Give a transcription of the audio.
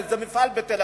לאיזה מפעל בתל-אביב?